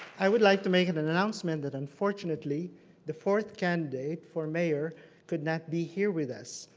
i would like to make an an announcement that unfortunately the fourth candidate for mayor could not be here with us.